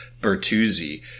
Bertuzzi